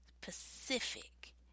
pacific